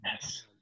Yes